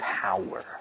power